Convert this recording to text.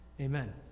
Amen